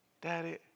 Daddy